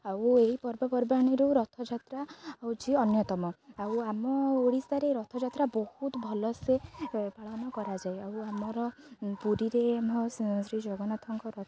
ଆଉ ଏଇ ପର୍ବପର୍ବାଣିରୁ ରଥଯାତ୍ରା ହେଉଛି ଅନ୍ୟତମ ଆଉ ଆମ ଓଡ଼ିଶାରେ ରଥଯାତ୍ରା ବହୁତ ଭଲସେ ପାଳନ କରାଯାଏ ଆଉ ଆମର ପୁରୀରେ ଆମ ଶ୍ରୀ ଜଗନ୍ନାଥଙ୍କ ରଥ